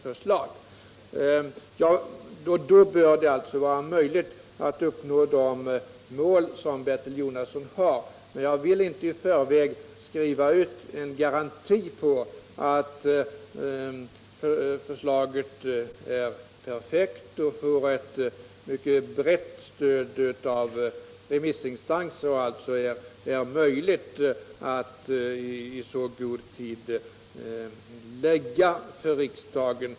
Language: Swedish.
Då bör det vara möjligt att uppnå det mål som Bertil Jonasson talar om. Men jag vill inte i förväg skriva ut en garanti på att förslaget är perfekt och får ett mycket brett stöd av remissinstanser och alltså är möjligt att i så god tid läggas fram för riksdagen.